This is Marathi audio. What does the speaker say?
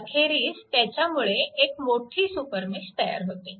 अखेरीस त्याच्यामुळे एक मोठी सुपरमेश तयार होते